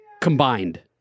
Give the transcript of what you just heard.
combined